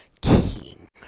king